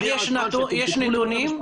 יש נתונים?